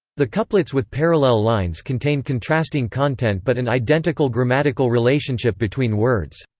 the couplets with parallel lines contain contrasting content but an identical grammatical relationship between words.